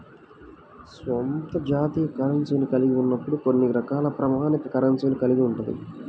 స్వంత జాతీయ కరెన్సీని కలిగి ఉన్నప్పుడు కొన్ని రకాల ప్రామాణిక కరెన్సీని కలిగి ఉంటది